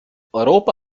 europa